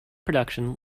production